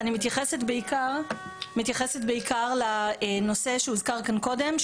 אני מתייחסת בעיקר לנושא שהוזכר כאן קודם,